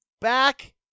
back